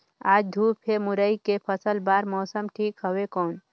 आज धूप हे मुरई के फसल बार मौसम ठीक हवय कौन?